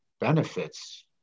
benefits